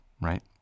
right